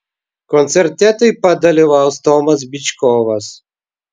koncerte taip pat dalyvaus tomas byčkovas